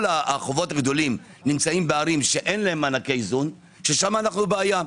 כל החובות הגדולים נמצאים בערים שאין להם מענקי איזון ששם אנו בבעיה.